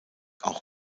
auch